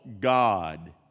God